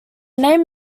name